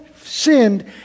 sinned